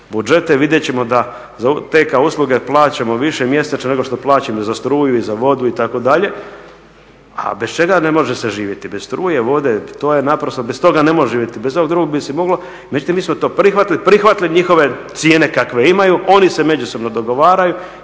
budžete vidjet ćemo da za telefonske usluge plaćamo više mjesečno nego što plaćamo i za struju i za vodu itd., a bez čega ne može se živjeti? Bez struje, vode, to naprosto bez toga ne možeš živjeti, bez ovog drugog bi se moglo. Međutim, mi smo to prihvatili, prihvatili njihove cijene kakve imaju, oni se međusobno dogovaraju.